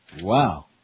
Wow